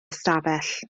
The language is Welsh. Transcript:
ystafell